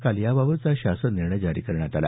काल याबाबतचा शासननिर्णय जारी करण्यात आला